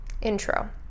intro